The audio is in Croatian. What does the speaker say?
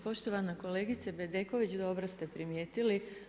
Poštovana kolegice Bedeković dobro ste primijetili.